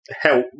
help